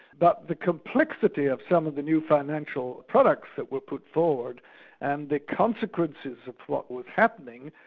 but the complexity of some of the new financial products that were put forward and the consequences of what was happening,